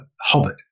hobbit